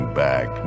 back